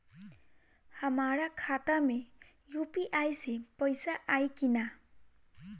हमारा खाता मे यू.पी.आई से पईसा आई कि ना?